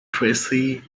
tracy